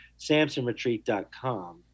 samsonretreat.com